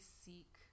seek